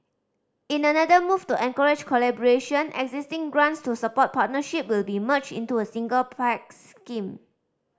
in another move to encourage collaboration existing grants to support partnership will be merged into a single Pact scheme